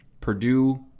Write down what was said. Purdue